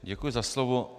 Děkuji za slovo.